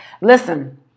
Listen